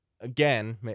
again